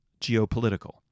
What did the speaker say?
geopolitical